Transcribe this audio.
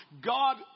God